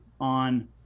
on